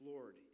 Lord